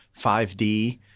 5D